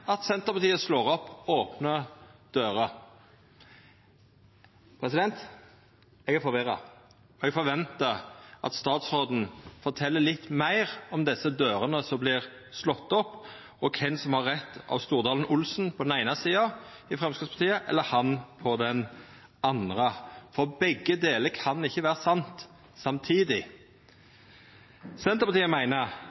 at Senterpartiet slår opp opne dører. Eg er forvirra, og eg forventar at statsråden fortel litt meir om desse dørene som vert slått opp, og kven som har rett av Stordalen og Olsen på den eine sida i Framstegspartiet eller han på den andre, for begge delar kan ikkje vera sant samtidig.